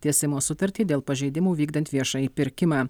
tiesimo sutartį dėl pažeidimų vykdant viešąjį pirkimą